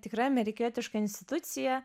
tikra amerikietiška institucija